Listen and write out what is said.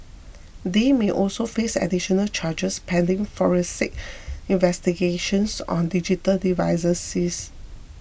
they may also face additional charges pending forensic investigations on digital devices seize